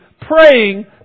praying